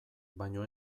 baino